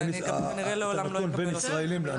כנראה לעולם לא נקבל אותם.